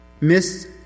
miss